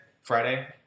Friday